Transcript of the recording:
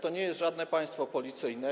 To nie jest żadne państwo policyjne.